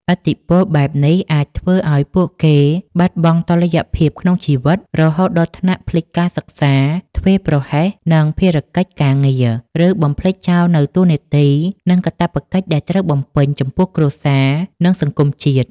ឥទ្ធិពលបែបនេះ អាចធ្វើឱ្យពួកគេបាត់បង់តុល្យភាពក្នុងជីវិត រហូតដល់ថ្នាក់ភ្លេចការសិក្សា ធ្វេសប្រហែសនឹងភារកិច្ចការងារ ឬបំភ្លេចចោលនូវតួនាទី និងកាតព្វកិច្ចដែលត្រូវបំពេញចំពោះគ្រួសារ និងសង្គមជាតិ។